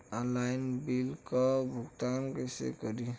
Online bill क भुगतान कईसे करी?